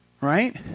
Right